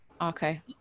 Okay